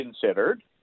considered